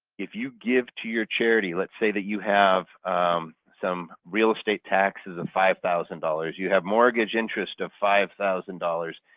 if you give to your charity, let's say that you have some real estate taxes of five thousand dollars, you have mortgage interest of five thousand dollars,